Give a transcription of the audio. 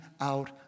out